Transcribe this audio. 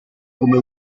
come